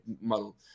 model